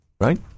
right